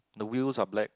the wheels are black